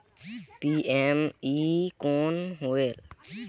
PME कौन होयल?